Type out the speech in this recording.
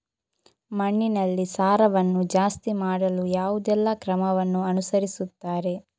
ಮಣ್ಣಿನಲ್ಲಿ ಸಾರವನ್ನು ಜಾಸ್ತಿ ಮಾಡಲು ಯಾವುದೆಲ್ಲ ಕ್ರಮವನ್ನು ಅನುಸರಿಸುತ್ತಾರೆ